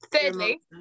Thirdly